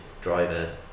driver